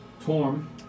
...Torm